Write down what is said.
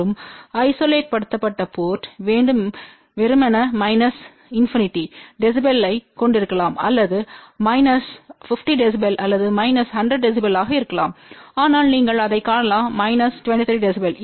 மற்றும் ஐசோலேடெட்ப்பட்ட போர்ட் வேண்டும் வெறுமனே மைனஸ் இன்பினிட்டி dB ஐக் கொண்டிருக்கலாம் அல்லது மைனஸ் 50 dB அல்லது மைனஸ் 100 dB ஆக இருக்கலாம் ஆனால் நீங்கள் அதைக் காணலாம் மைனஸ் 23 dB